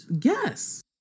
Yes